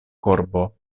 korbo